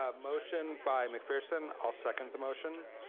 um motion by mcpherson, i'll second the motion.